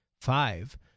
Five